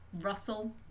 Russell